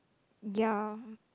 ya